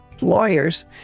lawyers